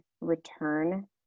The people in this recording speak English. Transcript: return